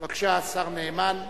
בבקשה, השר נאמן.